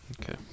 Okay